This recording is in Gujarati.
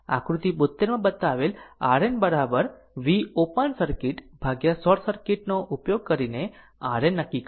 આકૃતિ 72 માં બતાવેલ RN v ઓપન સર્કિટ ભાગ્યા શોર્ટ સર્કિટ નો ઉપયોગ કરીને RN નક્કી કરો